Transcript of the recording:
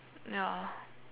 ya